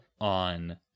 on